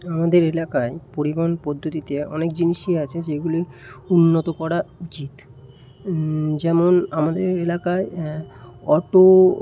আমাদের এলাকায় পরিবহন পদ্ধতিতে অনেক জিনিসই আছে যেগুলি উন্নত করা উচিত যেমন আমাদের এলাকায় হ্যাঁ অটো